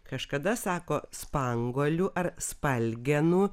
kažkada sako spanguolių ar spalgenų